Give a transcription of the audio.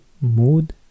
Mood